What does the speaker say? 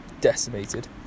decimated